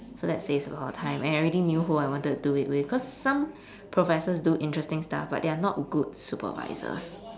so that saves a lot of time and I already knew who I wanted to do it with cause some professors do interesting stuff but they're not good supervisors